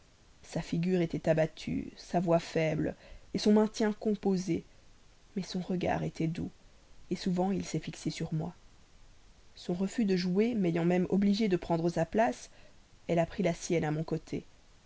sa figure était abattue sa voix faible son maintien composé mais son regard était doux souvent il s'est fixé sur moi son refus de jouer m'ayant même obligé de prendre sa place elle a pris la sienne à mes côtés